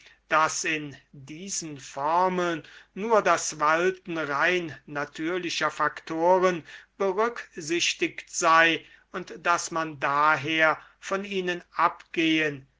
daß in diesen formeln nur das walten rein natürlicher faktoren berücksichtigt sei und daß man daher von ihnen abgehen